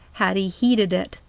had he heeded it.